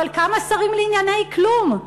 אבל כמה שרים לענייני כלום?